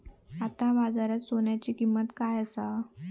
आता बाजारात सोन्याची किंमत काय असा?